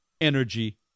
energy